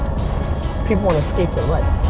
people wanna escape their life.